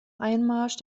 einmarsch